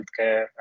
healthcare